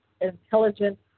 intelligent